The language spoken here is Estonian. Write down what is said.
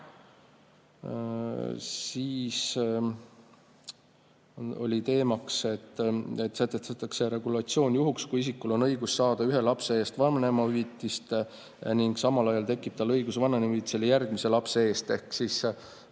Siis oli teemaks, et sätestatakse regulatsioon juhuks, kui isikul on õigus saada ühe lapse eest vanemahüvitist ning samal ajal tekib tal õigus saada vanemahüvitist järgmise lapse eest. Ehk